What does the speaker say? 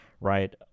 right